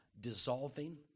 dissolving